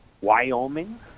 Wyoming